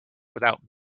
without